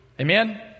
Amen